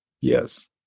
Yes